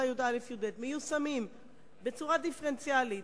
לי"א י"ב מיושמים בצורה דיפרנציאלית,